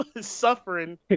suffering